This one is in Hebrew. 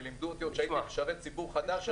ולימדו אותי עוד כשהייתי משרת ציבור חדש,